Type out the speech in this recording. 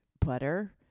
butter